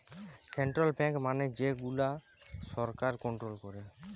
central bank মানে যে গুলা সরকার কন্ট্রোল করে